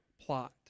plot